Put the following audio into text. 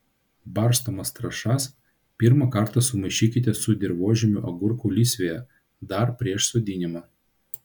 barstomas trąšas pirmą kartą sumaišykite su dirvožemiu agurkų lysvėje dar prieš sodinimą